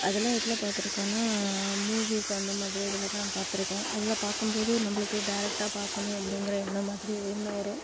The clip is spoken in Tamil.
அதெலாம் எதில் பார்த்துருக்கோன்னா மூவிஸ் அந்த மாதிரி இதிலதான் பார்த்துருக்கோம் அதில் பார்க்கும்போது நம்மளுக்கு டேரக்டாக பார்க்கணும் அப்படிங்குற எண்ணம் மாதிரி எண்ணம் வரும்